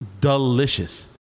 delicious